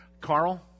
Carl